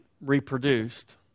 reproduced